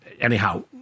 anyhow